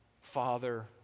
Father